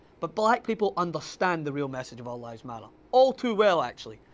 but black people understand the real message of all lives matter. all too well, actually.